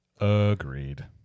Agreed